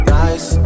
nice